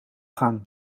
gang